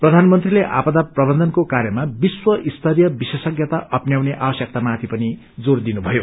प्रधानमंत्रीले आपदा प्रबन्धनको काग्रमा विश्वस्तरीय विशेषज्ञता अप्न्याउने आवश्यकतामाथि पनि जोर दिनु भयो